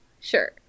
sure